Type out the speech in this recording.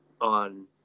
on